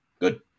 good